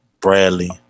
Bradley